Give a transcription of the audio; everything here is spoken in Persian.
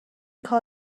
کار